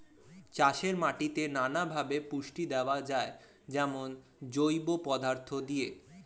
চাষের মাটিতে নানা ভাবে পুষ্টি দেওয়া যায়, যেমন জৈব পদার্থ দিয়ে